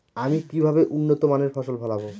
আমি কিভাবে উন্নত মানের ফসল ফলাবো?